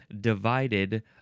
divided